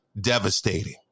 devastating